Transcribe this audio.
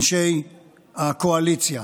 אנשי הקואליציה?